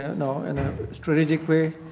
you know in a strategic way,